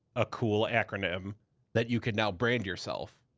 a cool acronym that you can now brand yourself.